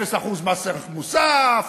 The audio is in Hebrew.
0% מס ערך מוסף,